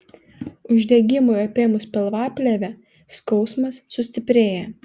uždegimui apėmus pilvaplėvę skausmas sustiprėja